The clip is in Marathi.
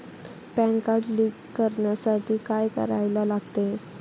पॅन कार्ड लिंक करण्यासाठी काय करायला लागते?